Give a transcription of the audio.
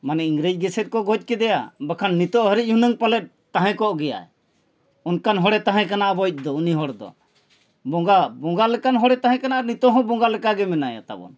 ᱢᱟᱱᱮ ᱤᱝᱨᱮᱡᱽ ᱜᱮᱥᱮ ᱠᱚ ᱜᱚᱡ ᱠᱮᱫᱮᱭᱟ ᱵᱟᱠᱷᱟᱱ ᱱᱤᱛᱳᱜ ᱦᱟᱹᱨᱤᱡ ᱩᱱᱟᱹᱝ ᱯᱟᱞᱮ ᱛᱟᱦᱮᱸ ᱠᱚᱜ ᱜᱮᱭᱟᱭ ᱚᱱᱠᱟᱱ ᱦᱚᱲᱮ ᱛᱟᱦᱮᱸ ᱠᱟᱱᱟ ᱟᱵᱚᱡᱽ ᱫᱚ ᱩᱱᱤ ᱦᱚᱲ ᱫᱚ ᱵᱚᱸᱜᱟ ᱵᱚᱸᱜᱟ ᱞᱮᱠᱟᱱ ᱦᱚᱲᱮ ᱛᱟᱦᱮᱸ ᱠᱟᱱᱟ ᱟᱨ ᱱᱤᱛᱳᱜ ᱦᱚᱸ ᱵᱚᱸᱜᱟ ᱞᱮᱠᱟᱜᱮ ᱢᱮᱱᱟᱭᱟ ᱛᱟᱵᱚᱱ